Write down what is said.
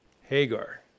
Hagar